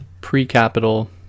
pre-capital